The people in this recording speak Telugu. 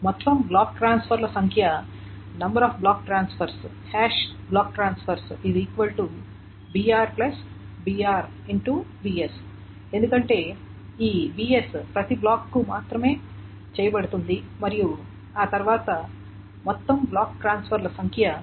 మొత్తం బ్లాక్ ట్రాన్స్ఫర్ల సంఖ్య block transfers br br X bs ఎందుకంటే ఈ bs ప్రతి బ్లాక్కు మాత్రమే చేయబడుతోంది మరియు ఆ తర్వాత మొత్తం బ్లాక్ ట్రాన్స్ఫర్ల సంఖ్య br